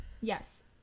Yes